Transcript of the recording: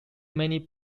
many